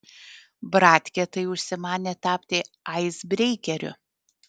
bratkė tai užsimanė tapti aisbreikeriu